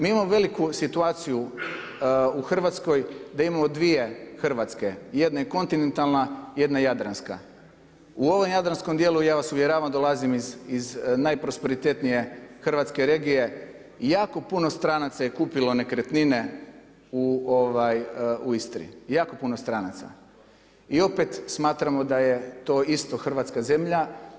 Mi imamo veliku situaciju u Hrvatskoj da imamo dvije Hrvatske, jedna je kontinentalna, jedna Jadranska, u ovom jadranskom dijelu, ja vas uvjeravam dolazim iz najprosperitetnije hrvatske regije, jako puno stranaca je kupilo nekretnine u Istri, jako puno stranca i opet smatramo da je to isto hrvatska zemlja.